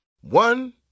One